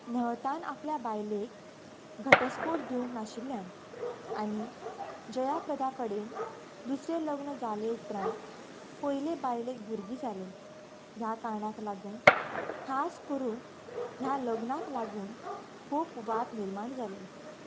नहतान आपल्या बायलेक घटस्फोट दिवूंक नाशिल्ल्यान आनी जयाप्रदा कडेन दुसरें लग्न जाले उपरांत पयले बायलेक भुरगें जालें ह्या कारणाक लागून खास करून ह्या लग्नाक लागून खूब वाद निर्माण जाले